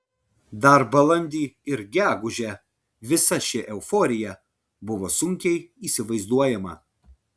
dar balandį ir gegužę visa ši euforija buvo sunkiai įsivaizduojama